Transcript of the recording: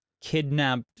kidnapped